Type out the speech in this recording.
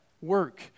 work